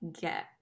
get